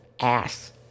Ass